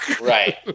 right